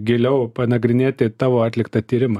giliau panagrinėti tavo atliktą tyrimą